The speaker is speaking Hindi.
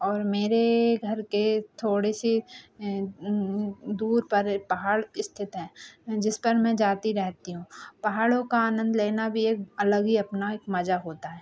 और मेरे घर के थोड़े से दूर पर पहाड़ इस्थित हैं जिस पर मैं जाती रहती हूँ पहाड़ों का आनन्द लेना भी एक अलग ही अपना एक मज़ा होता है